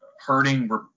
hurting